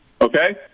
Okay